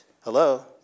Hello